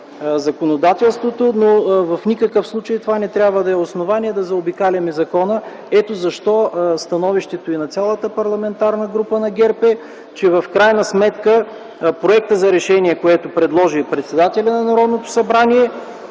законодателството, но в никакъв случай това не трябва да е основание да заобикаляме закона. Ето защо становището на цялата Парламентарна група на ГЕРБ е, че в крайна сметка проектът за решение, който предложи и председателят на Народното събрание,